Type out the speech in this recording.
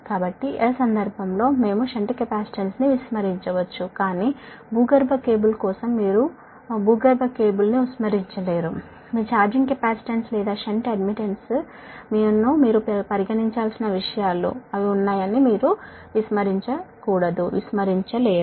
కాబట్టి ఆ సందర్భంలో మనము షంట్ కెపాసిటెన్స్ను విస్మరించవచ్చు కానీ భూగర్భ కేబుల్ కోసం మీరు భూగర్భ కేబుల్ను విస్మరించలేరు మీ ఛార్జింగ్ కెపాసిటెన్స్ లేదా షంట్ అడ్మిటెన్స్ ను మీరు పరిగణించాల్సిన విషయాలు అవి ఉన్నాయని మీరు మర్చిపోవద్దు